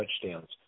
touchdowns